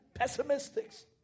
Pessimistics